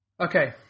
Okay